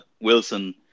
Wilson